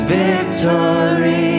victory